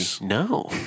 No